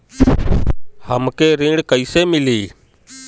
हमके ऋण कईसे मिली?